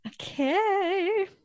Okay